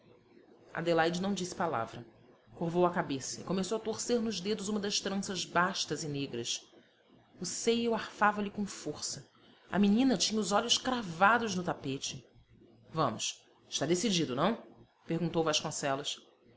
adelaide não disse palavra curvou a cabeça e começou a torcer nos dedos uma das tranças bastas e negras o seio arfava lhe com força a menina tinha os olhos cravados no tapete vamos está decidido não perguntou vasconcelos